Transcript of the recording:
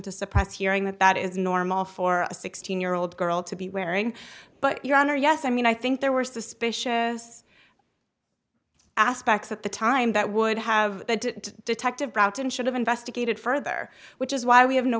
to suppress hearing that that is normal for a sixteen year old girl to be wearing but your honor yes i mean i think there were suspicious aspects at the time that would have led to detective brocton should have investigated further which is why we have no